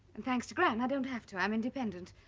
and thanks to gran i don't have to. i'm independent